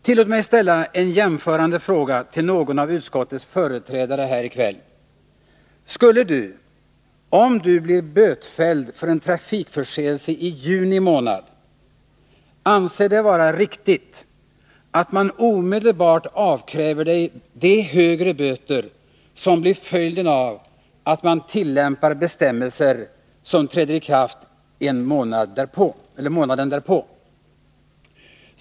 Tillåt mig ställa en jämförande fråga till någon av utskottets företrädare häri kväll: Skulle ni om ni blir bötfälld för en trafikförseelse i juni månad anse det vara riktigt att man omedelbart avkräver er de högre böter som blir följden av att man tillämpar bestämmelser som trädde i kraft månaden därpå?